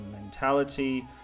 mentality